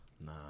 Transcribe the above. Nah